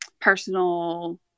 personal